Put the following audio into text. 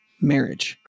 marriage